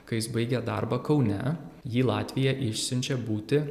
kai jis baigė darbą kaune jį latvija išsiunčia būti